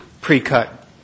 pre-cut